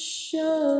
show